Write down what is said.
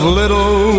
little